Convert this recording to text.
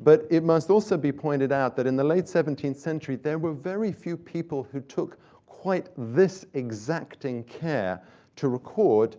but it must also be pointed out that in the late seventeenth century, there were very few people who took quite this exacting care to record